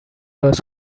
was